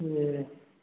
ए